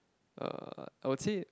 uh I would say it